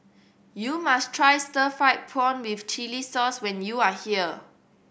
you must try stir fried prawn with chili sauce when you are here